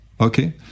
Okay